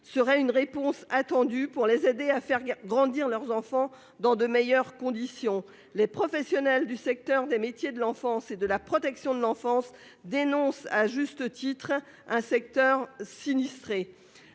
est une réponse attendue pour les aider à faire grandir leurs enfants dans de meilleures conditions. Les professionnels du secteur des métiers de l'enfance et de la protection de l'enfance dénoncent à juste titre un secteur sinistré.